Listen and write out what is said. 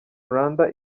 rwanda